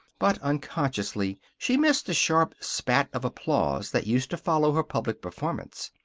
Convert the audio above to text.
but unconsciously she missed the sharp spat of applause that used to follow her public performance.